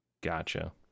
Gotcha